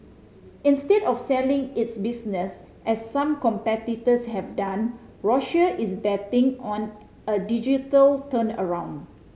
instead of selling its business as some competitors have done Roche is betting on a digital turnaround